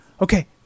Okay